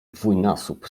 dwójnasób